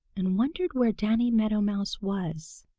and wondered where danny meadow mouse was.